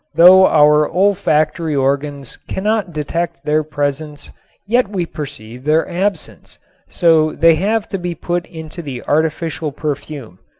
though our olfactory organs cannot detect their presence yet we perceive their absence so they have to be put into the artificial perfume.